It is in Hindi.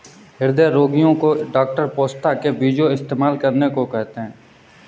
हृदय रोगीयो को डॉक्टर पोस्ता के बीजो इस्तेमाल करने को कहते है